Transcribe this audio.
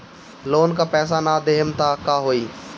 Loan का पैस न देहम त का होई?